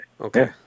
Okay